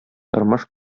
тормыш